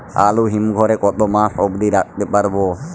আলু হিম ঘরে কতো মাস অব্দি রাখতে পারবো?